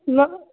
यो